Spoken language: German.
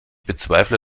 bezweifle